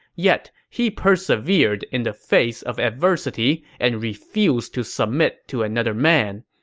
yet he persevered in the face of adversity and refused to submit to another man.